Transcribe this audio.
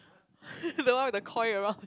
the one with the coil around